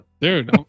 dude